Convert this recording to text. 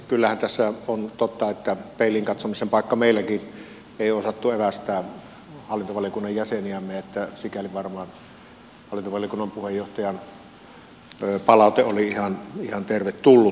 kyllähän tämä on totta että peiliin katsomisen paikka meilläkin on ei osattu evästää hallintovaliokunnan jäseniämme niin että sikäli varmaan hallintovaliokunnan puheenjohtajan palaute oli ihan tervetullut